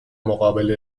مقابل